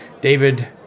David